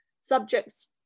Subjects